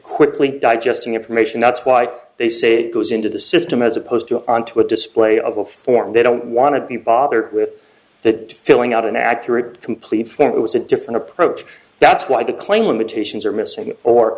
quickly digesting information that's why they say it goes into the system as opposed to onto a display of a form they don't want to be bothered with that filling out an accurate complete point was a different approach that's why the claim limitations are missing or